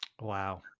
Wow